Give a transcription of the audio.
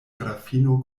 grafino